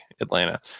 Atlanta